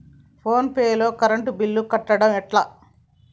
Phone pay లో current bill కట్టడం ఎట్లా?